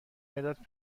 مداد